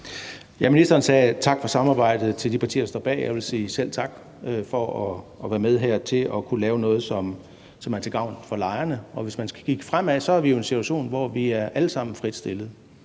Ministeren sagde tak for samarbejdet til de partier, der står bag, og jeg vil sige: selv tak for at være med til her at kunne lave noget, som er til gavn for lejerne. Og hvis man skal kigge fremad, er vi jo i en situation, hvor vi alle sammen er frit stillet.